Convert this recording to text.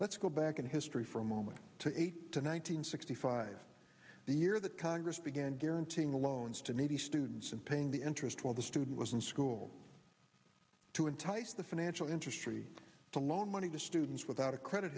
let's go back in history for a moment to eight to nine hundred sixty five the year that congress began guaranteeing loans to needy students and paying the interest while the student was in school to entice the financial industry to loan money to students without a credit